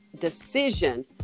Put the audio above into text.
decision